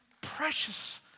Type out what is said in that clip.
precious